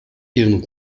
ihren